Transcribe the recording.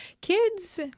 Kids